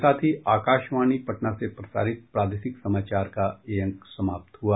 इसके साथ ही आकाशवाणी पटना से प्रसारित प्रादेशिक समाचार का ये अंक समाप्त हुआ